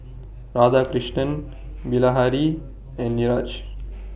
Radhakrishnan Bilahari and Niraj